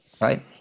right